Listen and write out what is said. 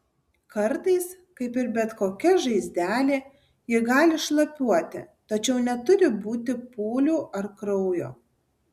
kartais kaip ir bet kokia žaizdelė ji gali šlapiuoti tačiau neturi būti pūlių ar kraujo